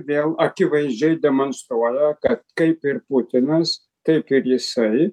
vėl akivaizdžiai demonstruoja kad kaip ir putinas taip ir jisai